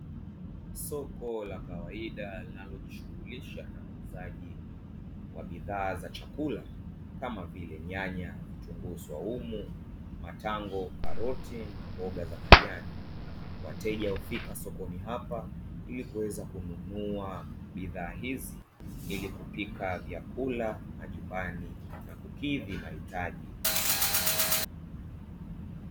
Soko la kawaida linalojishughulisha na uuzaji wa bidhaa za chakula kama vile nyanya vitunguu, swaumu, matango, karoti, pamoja na mboga za majani. wateja hufika sokoni hapa ili kuweza kununua bidhaa hizi ili kupika chakula majumbani na kukidhi mahitaji.